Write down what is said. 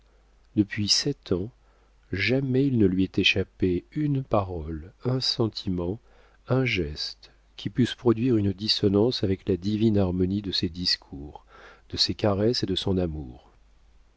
depuis sept ans jamais il ne lui est échappé une parole un sentiment un geste qui pussent produire une dissonance avec la divine harmonie de ses discours de ses caresses et de son amour